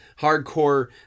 hardcore